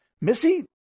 Missy